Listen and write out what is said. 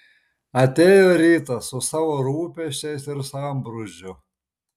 atėjo rytas su savo rūpesčiais ir sambrūzdžiu